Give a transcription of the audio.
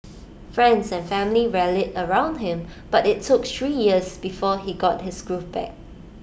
friends and family rallied around him but IT took three years before he got his groove back